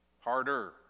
harder